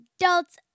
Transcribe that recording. adults